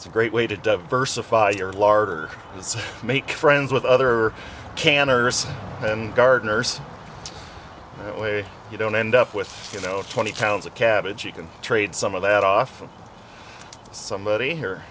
it's a great way to diversify your larder and so make friends with other canners and gardeners that way you don't end up with you know twenty pounds of cabbage you can trade some of that off and somebody